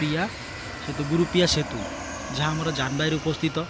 ପ୍ରିୟା ସେତୁ ଗୁରୁପ୍ରିଆ ସେତୁ ଯାହା ଆମର ଯାାନବାୟୁରେ ଉପସ୍ଥିତ